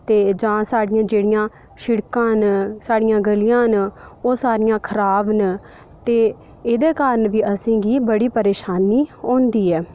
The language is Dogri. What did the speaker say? जां साढ़ियां जेह्ड़ियां शिड़कां न और साढ़ियां गलियां न ओह् सारियां खराब न ते एह्दे कारण बी असेंगी बड़ी परेशानी होंदी ऐ